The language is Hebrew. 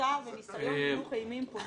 -- הסתה וניסיון הילוך אימים פוליטי.